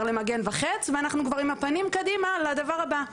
ל-"מגן וחץ" ואנחנו כבר עם הפנים קדימה לדבר הבא.